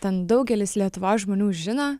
ten daugelis lietuvos žmonių žino